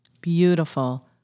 beautiful